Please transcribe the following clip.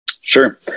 Sure